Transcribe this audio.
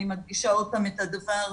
אני מדגישה עוד פעם את הדבר הזה,